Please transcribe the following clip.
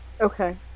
okay